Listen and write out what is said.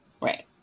Right